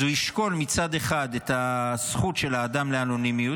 אז הוא ישקול, מצד אחד, את זכות האדם לאנונימיות.